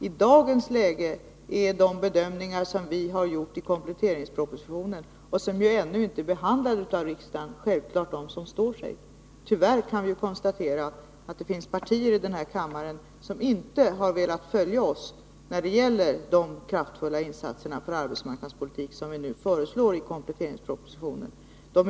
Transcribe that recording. I dagens läge gäller självfallet de bedömningar vi har gjort i kompletteringspropositionen, som ju ännu inte är behandlad av riksdagen. Tyvärr kan vi konstatera att det finns partier här i kammaren som inte velat följa oss när det gäller de ytterligare kraftfulla insatser på arbetsmarknadspolitikens område som vi nu föreslår i kompletteringspropositionen.